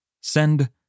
send